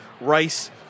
rice